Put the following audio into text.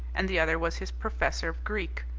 and the other was his professor of greek,